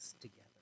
together